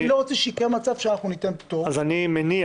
אני לא רוצה שיקרה מצב שאנחנו ניתן פטור --- אז אני מניח,